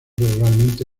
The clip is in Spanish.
regularmente